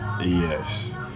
yes